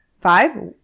Five